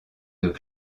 deux